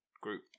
group